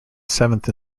seventh